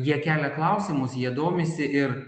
jie kelia klausimus jie domisi ir